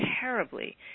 terribly